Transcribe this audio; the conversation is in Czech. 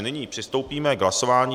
Nyní přistoupíme k hlasování.